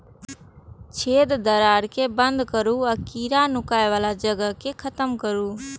छेद, दरार कें बंद करू आ कीड़ाक नुकाय बला जगह कें खत्म करू